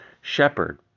shepherd